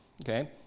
okay